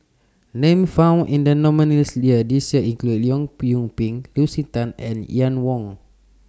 Names found in The nominees' list This Year include Leong Yoon Pin Lucy Tan and Ian Woo